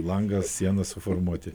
langą sienas suformuoti